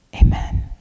Amen